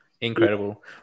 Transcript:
incredible